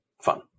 fun